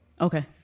Okay